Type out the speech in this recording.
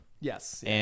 Yes